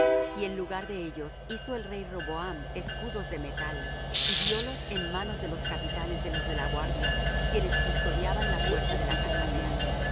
y en lugar de ellos hizo el rey roboam escudos de metal y diólos en manos de los capitanes de los de la guardia quienes custodiaban la puerta de la casa real y